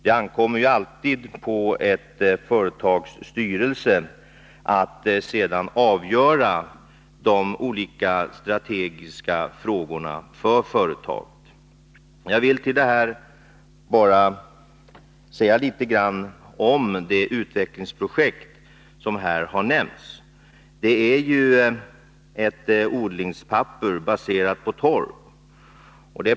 Det ankommer sedan alltid på ett företags styrelse att avgöra de olika strategiska frågorna för företaget. Jag vill till detta bara säga något om det utvecklingsprojekt som här har nämnts. Det är fråga om ett odlingspapper baserat på torv.